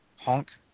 honk